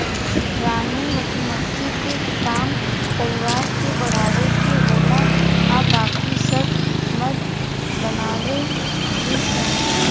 रानी मधुमक्खी के काम परिवार के बढ़ावे के होला आ बाकी सब मध बनावे ली सन